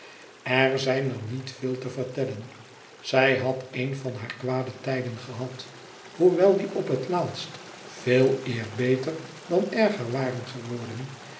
er zijn er niet veel te vertellen zij had een van hare kwade tijden gehad hoewel die op het laatst veeleer beter dan erger waren geworden